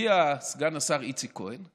הגיע סגן השר איציק כהן,